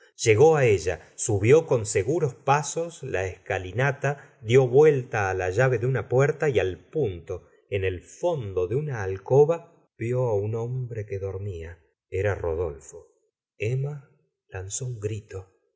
llegó ella subió con seguros pasos la escalinata dió vuelta la llave de una puerta y al punto en el fondo de una alcoba vió á un hombre que dormía era rodolfo emma lanzó un grito in